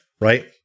Right